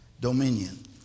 dominion